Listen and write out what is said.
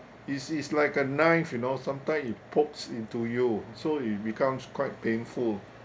it's it's like a knife you know sometime it pokes into you so it becomes quite painful